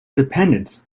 dependent